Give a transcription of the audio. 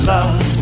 Love